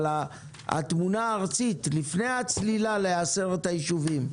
אבל לפני הצלילה ל-10 היישובים,